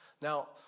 Now